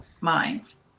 minds